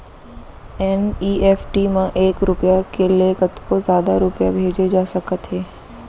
NEFT म एक रूपिया ले कतको जादा रूपिया भेजे जा सकत हे